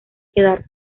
quedarse